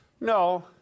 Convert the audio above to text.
No